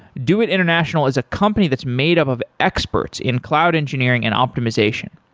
doit international is a company that's made up of experts in cloud engineering and optimization.